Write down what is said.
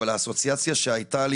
אבל האסוציאציה שהייתה לי,